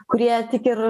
kurie tik ir